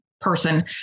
person